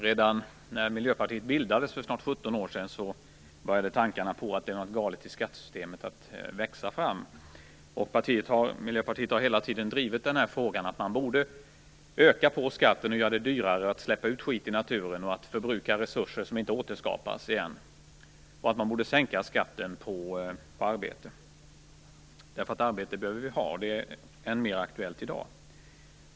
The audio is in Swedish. Redan när Miljöpartiet bildades för snart 17 år sedan började tankarna på att det var något galet i skattesystemet att växa fram. Miljöpartiet har hela tiden drivit frågan att man borde öka på skatten och göra det dyrare att släppa ut skit i naturen och att förbruka resurser som inte återskapas igen. I stället borde skatten på arbete sänkas, eftersom vi behöver ha arbete. Det är än mer aktuellt i dag.